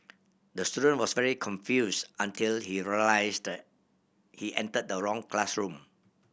the student was very confused until he realised he entered the wrong classroom